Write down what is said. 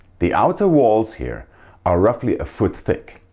the outer walls here are roughly a foot thick.